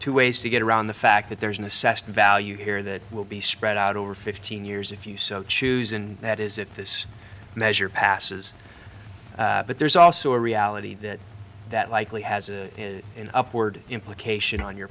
two ways to get around the fact that there's an assessed value here that will be spread out over fifteen years if you so choose and that is if this measure passes but there's also a reality that that likely has an upward implication on your